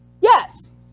yes